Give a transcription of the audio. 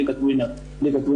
ליגת וינר כדורגל,